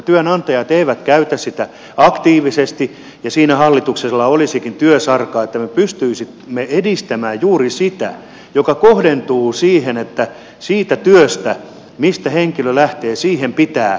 työnantajat eivät käytä sitä aktiivisesti ja siinä hallituksella olisikin työsarkaa että me pystyisimme edistämään juuri sitä joka kohdentuu siihen että siihen työhön mistä henkilö lähtee pitää tuoda se työtön henkilö tilalle